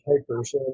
papers